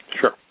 Sure